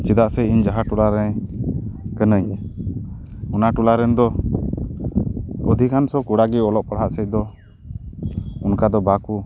ᱪᱮᱫᱟᱜ ᱥᱮ ᱤᱧ ᱡᱟᱦᱟᱸ ᱴᱚᱞᱟ ᱨᱮᱧ ᱠᱟᱹᱱᱟᱹᱧ ᱚᱱᱟ ᱴᱚᱞᱟ ᱨᱮᱱ ᱫᱚ ᱚᱫᱷᱤᱠᱟᱝᱥᱚ ᱠᱚᱲᱟ ᱜᱮ ᱚᱞᱚᱜ ᱯᱟᱲᱟᱦᱟᱜ ᱥᱮᱡ ᱫᱚ ᱚᱱᱠᱟ ᱫᱚ ᱵᱟᱠᱚ